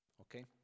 Okay